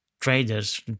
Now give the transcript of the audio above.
traders